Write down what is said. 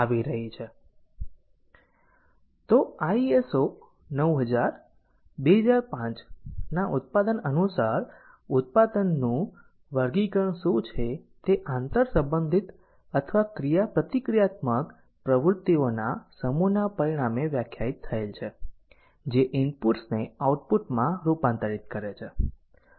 તો ISO 9000 2005 ના ઉત્પાદન અનુસાર ઉત્પાદનનું વર્ગીકરણ શું છે તે આંતરસંબંધિત અથવા ક્રિયાપ્રતિક્રિયાત્મક પ્રવૃત્તિઓના સમૂહના પરિણામે વ્યાખ્યાયિત થયેલ છે જે ઇનપુટ્સને આઉટપુટમાં રૂપાંતરિત કરે છે